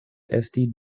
esti